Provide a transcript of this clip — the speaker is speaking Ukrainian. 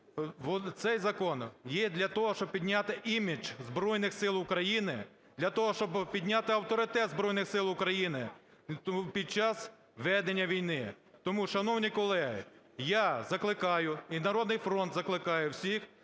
цей закон є для того, щоб підняти імідж Збройних Сил України, для того, щоб підняти авторитет Збройних Сил України під час ведення війни. Тому, шановні колеги, я закликаю і "Народний фронт" закликає всіх